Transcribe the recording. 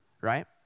right